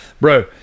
Bro